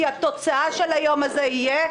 כי התוצאה של היום הזה תהיה: